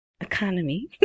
economy